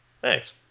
Thanks